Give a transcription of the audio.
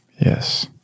Yes